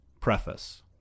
Preface